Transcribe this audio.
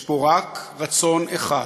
יש פה רק רצון אחד: